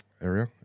area